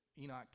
Enoch